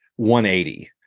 180